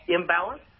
imbalance